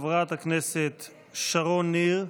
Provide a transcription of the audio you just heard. חברת הכנסת שרון ניר,